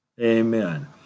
amen